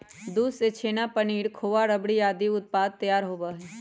दूध से छेना, पनीर, खोआ, रबड़ी आदि उत्पाद तैयार होबा हई